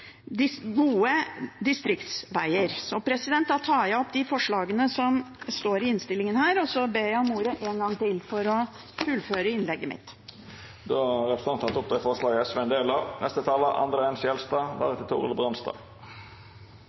gode distriktsveger. Jeg tar opp de forslagene fra SV som står i innstillingen. Så vil jeg be om ordet en gang til for å fullføre innlegget mitt. Representanten Karin Andersen har teke opp forslaga frå SV. Debatten i dag er egentlig en